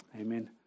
Amen